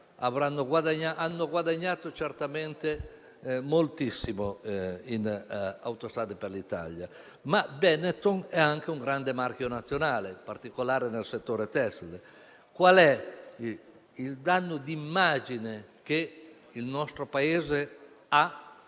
hanno guadagnato certamente moltissimo in Autostrade per l'Italia. Benetton, però, è anche un grande marchio nazionale, in particolare nel settore tessile. Qual è il danno d'immagine che il nostro Paese ha